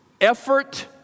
effort